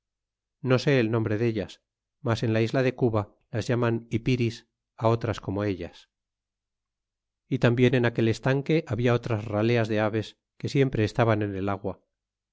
no sé el nombre dellas mas en la isla de cuba las llamaban ipiris á otras como ellas y tambien en aquel estanque habla otras raleas de aves que siempre estaban en el agua